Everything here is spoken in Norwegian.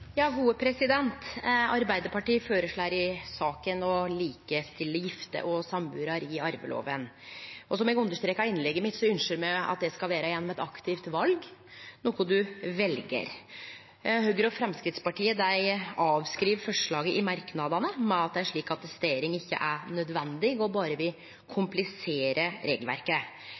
Arbeidarpartiet føreslår i saka å likestille gifte og sambuarar i arvelova. Som eg understreka i innlegget mitt, ynskjer me at det skal vere gjennom eit aktivt val, noko ein vel. Høgre og Framstegspartiet avskriv forslaga i merknadane med at ei slik attestering ikkje er nødvendig og berre vil komplisere regelverket.